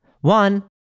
One